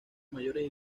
mayores